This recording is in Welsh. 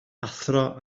athro